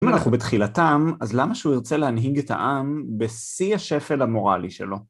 אם אנחנו בתחילתם, אז למה שהוא ירצה להנהיג את העם בשיא השפל המורלי שלו?